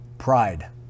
pride